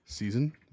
Season